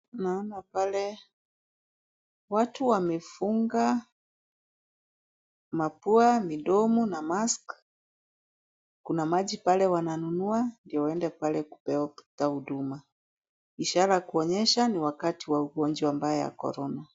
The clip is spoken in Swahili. Naona pale watu wamefunga mapua, midomo na mask . Kuna maji pale wananunua ndio waende pale kupata huduma, ishara ya kuonyesha ni wakati wa ugonjwa mbaya wa Corona.